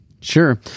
Sure